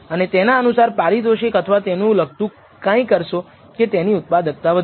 અને તેના અનુસાર પારિતોષિક અથવા તેને લગતું કંઈ કરશો કે તેની ઉત્પાદકતા વધારશે